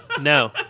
No